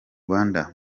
rwanda